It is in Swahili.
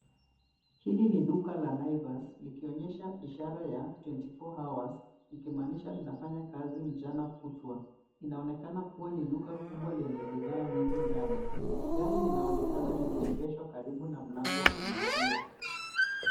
Hili ni duka la naivas likionyesha ishara ya [cs[24 hours ikimaanisha linafanya kazi mchana kutwa. Inaonekana kuwa ni duka kubwa lenye bidhaa nyingi ndani. Gari linaonekana limeegeshwa karibu na mlango wa kuingilia.